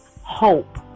Hope